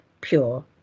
pure